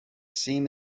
seam